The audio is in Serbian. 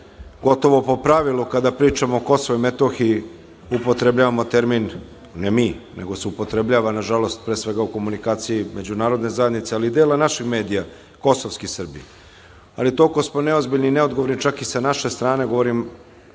gotovo po pravilu kada pričamo o KiM upotrebljavamo termin, ne mi, nego se upotrebljava, nažalost, pre svega u komunikaciji međunarodne zajednice, ali i dela naših medija, kosovski Srbi. Toliko smo neozbiljni i neodgovorni, čak i sa naše strane, govorim